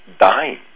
dying